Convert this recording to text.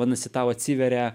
vadinasi tau atsiveria